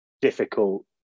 difficult